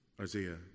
Isaiah